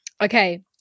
Okay